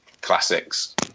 classics